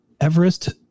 Everest